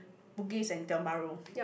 bugis and Tiong-Bahru